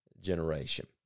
generation